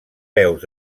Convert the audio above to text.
veus